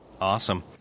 Awesome